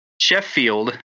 Sheffield